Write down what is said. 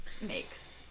makes